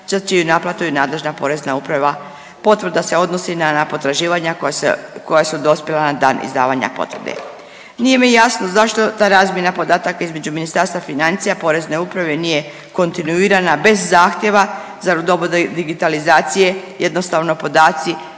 za čiju naplatu je nadležna porezna uprava. Potvrda se odnosi na potraživanja koja se, koja su dospjela na dan izdavanja potvrde. Nije mi jasno zašto ta razmjena podataka između Ministarstva financija i porezne uprave nije kontinuirana bez zahtjeva, zar u doba digitalizacije jednostavno podaci